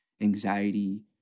anxiety